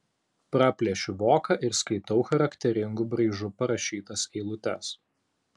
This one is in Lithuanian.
praplėšiu voką ir skaitau charakteringu braižu parašytas eilutes